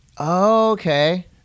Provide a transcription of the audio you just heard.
Okay